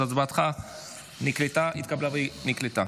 אז הצבעתך התקבלה והיא נקלטה.